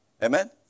Amen